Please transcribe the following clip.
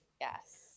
yes